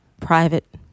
private